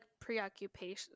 preoccupation